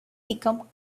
become